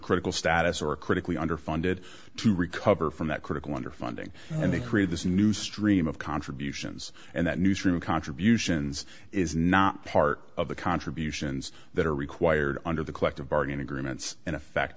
critical status or critically underfunded to recover from that critical underfunding and they create this new stream of contributions and that newsroom contributions is not part of the contributions that are required under the collective bargain agreements in effect